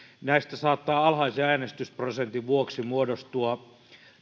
näistä saattaa alhaisen äänestysprosentin vuoksi muodostua